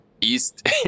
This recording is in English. east